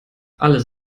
alles